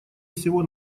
всего